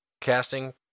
casting